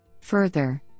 Further